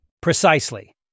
Precisely